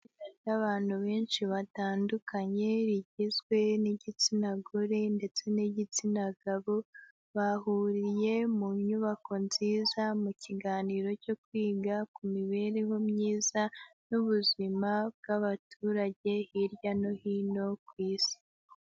Abantu benshi batandukanye bagizwe n'igitsina gore ndetse n'igitsina gabo, bahuriye mu nyubako nziza mu kiganiro cyo kwiga ku mibereho myiza y'ubuzima bw'abaturage hirya no hino ku isi.